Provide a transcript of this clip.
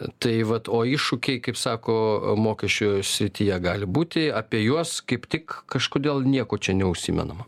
tai vat o iššūkiai kaip sako mokesčių srityje gali būti apie juos kaip tik kažkodėl nieko čia neužsimenama